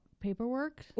paperwork